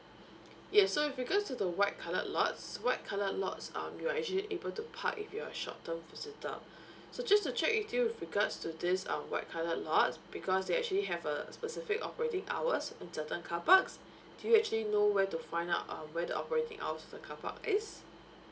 yes so with regards to the white colored lots white coloured lots um you're actually able to park if you are a short term visitor so just to check with you with regards to this um white coloured lot because they actually have a specific operating hours in certain car parks do you actually know where to find out uh when the operating hours of the car park is